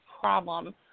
problem